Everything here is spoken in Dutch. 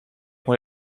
moet